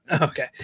Okay